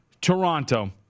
Toronto